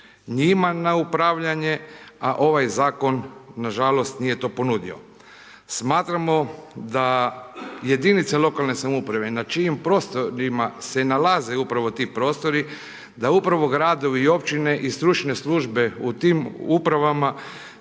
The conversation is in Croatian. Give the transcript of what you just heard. njima na upravljanje, a ovaj zakon nažalost nije to ponudio. Smatramo da jedinice lokalne samouprave na čijim prostorima se nalaze upravo ti prostori da upravo gradovi i općine i stručne službe u tim upravama,